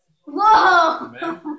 Whoa